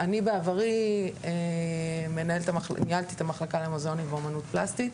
אני בעברי ניהלתי את המחלקה למוזיאונים ואמנות פלסטית,